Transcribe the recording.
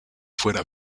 fuera